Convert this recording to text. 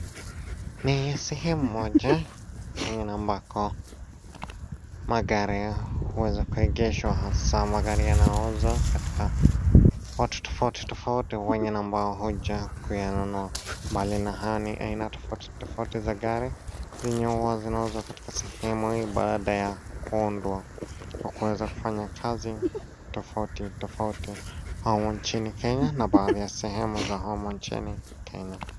Ni sehemu moja kwenye na ambako magari huweza kuegeshwa hasa magari yanayouzwa katika watu tofauti tofauti wenye na ambao hujaa kuyanunua. Mbali na hayo ni aina tofauti tofauti za gari zenye huwa zinauzwa katika sehemu hii baada ya kuunda kwa kuweza kufanya kazi tofauti tofauti humu nchini Kenye na baadhi ya sehemu za humu nchini Kenya.